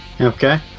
Okay